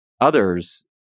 others